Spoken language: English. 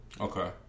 Okay